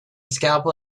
scalpel